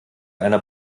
einer